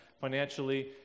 financially